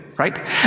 right